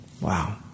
Wow